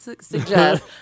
suggest